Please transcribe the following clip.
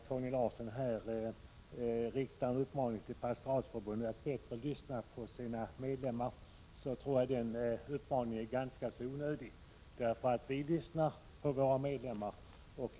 Fru talman! Torgny Larsson riktade här en uppmaning till Pastoratsförbundet att bättre lyssna på sina medlemmar. Jag tror den uppmaningen var ganska så onödig. Vi lyssnar på våra medlemmar.